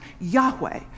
Yahweh